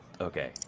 Okay